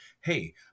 hey